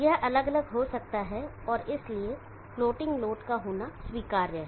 यह अलग अलग हो सकता है और इसलिए फ्लोटिंग लोड का होना स्वीकार्य है